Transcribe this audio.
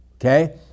Okay